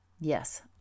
Yes